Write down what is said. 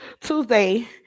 Tuesday